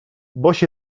boś